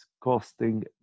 costing